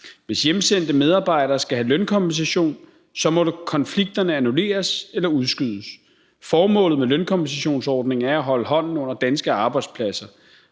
Hvis hjemsendte medarbejdere skal have lønkompensation, så må konflikterne annulleres eller udskydes. Formålet med lønkompensationsordningen er at holde hånden under danske arbejdspladser,